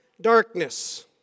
darkness